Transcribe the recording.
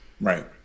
right